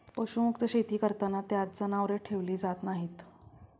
पशुमुक्त शेती करताना त्यात जनावरे ठेवली जात नाहीत